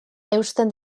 eusten